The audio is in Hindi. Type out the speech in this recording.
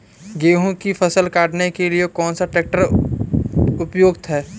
गेहूँ की फसल काटने के लिए कौन सा ट्रैक्टर उपयुक्त है?